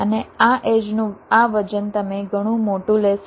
અને આ એડ્જનું આ વજન તમે ઘણું મોટું લેશો